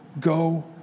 Go